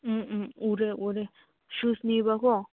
ꯎꯝ ꯎꯝ ꯎꯔꯦ ꯎꯔꯦ ꯁꯨꯁꯅꯦꯕꯀꯣ